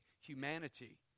humanity